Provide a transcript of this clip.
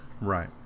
Right